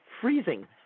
freezing